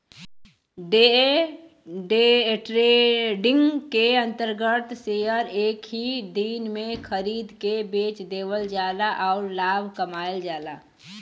day trading के अंतर्गत share एक ही दिन में खरीद के बेच देवल जाला आउर लाभ कमायल जाला